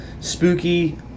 spooky